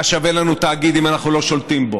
מה שווה לנו תאגיד אם אנחנו לא שולטים בו,